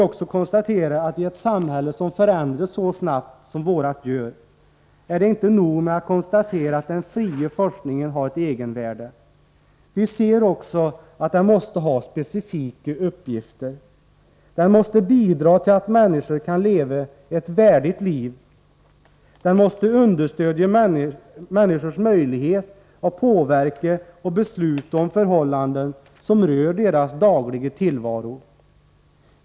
I ett samhälle som förändras så snabbt som vårt är det inte nog med att konstatera att den fria forskningen har ett egenvärde. Vi ser också att den måste ha specifika uppgifter. Den måste bidra till att människor kan leva ett värdigt liv. Den måste understödja människors möjlighet att påverka och besluta om förhållanden som rör deras dagliga tillvaro.